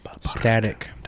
Static